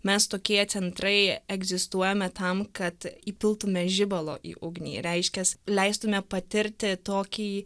mes tokie centrai egzistuojame tam kad įpiltumėme žibalo į ugnį reiškiantis leistumėme patirti tokį